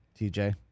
TJ